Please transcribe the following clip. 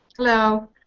hello.